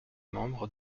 membre